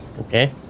Okay